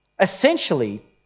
Essentially